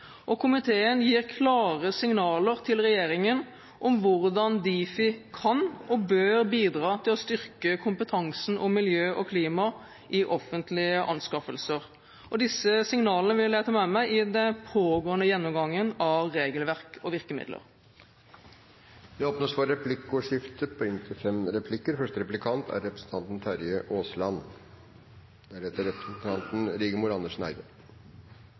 Komiteen gir klare signaler til regjeringen om hvordan Difi kan – og bør – bidra til å styrke kompetansen om miljø og klima i offentlige anskaffelser, og disse signalene vil jeg ta med meg i den pågåendene gjennomgangen av regelverk og virkemidler. Det åpnes for replikkordskifte.